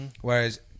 Whereas